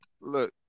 Look